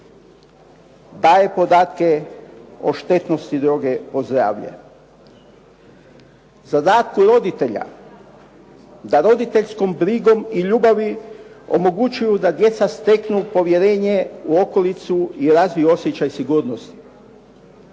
daje podatke o štetnosti droge o zdravlje. Zadatku roditelja da roditeljskom brigom i ljubavi omogućuju da djeca steknu povjerenje u okolicu i razviju osjećaj sigurnosti.